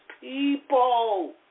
people